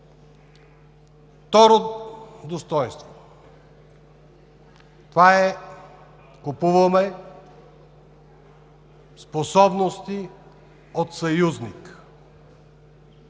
Второ, достойнство. Това е, че купуваме способности от съюзник.